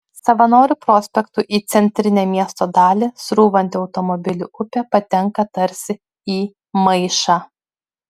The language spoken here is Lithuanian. savanorių prospektu į centrinę miesto dalį srūvanti automobilių upė patenka tarsi į maišą